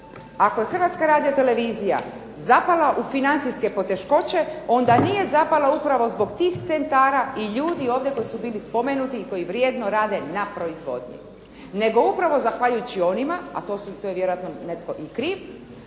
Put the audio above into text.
Ako je Hrvatska radiotelevizija zapala u financijske poteškoće onda nije zapala upravo zbog tih centara i ljudi ovdje koji su bili spomenuti i koji vrijedno rade na proizvodnji nego upravo zahvaljujući onima, a to je vjerojatno netko i kriv,